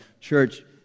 Church